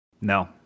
No